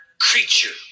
creature